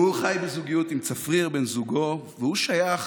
הוא חי בזוגיות עם צפריר, בן זוגו, והוא שייך